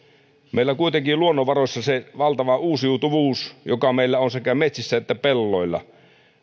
meillä kuitenkin on luonnonvaroissa se valtava uusiutuvuus joka meillä on sekä metsissä että pelloilla